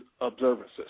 observances